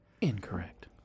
Incorrect